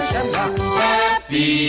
Happy